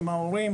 עם ההורים